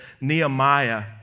Nehemiah